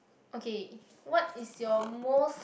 okay what is your most